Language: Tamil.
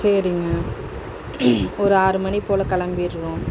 சரிங்க ஒரு ஆறு மணி போல் கிளம்பிட்றோம்